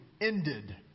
ended